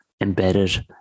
embedded